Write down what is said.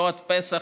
לא עד פסח,